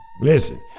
Listen